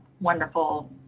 wonderful